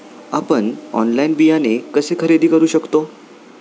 आपण ऑनलाइन बियाणे कसे खरेदी करू शकतो?